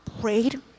prayed